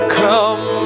come